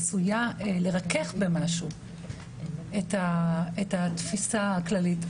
מרכך במשהו את התפיסה הכללית.